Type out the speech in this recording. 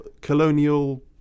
colonial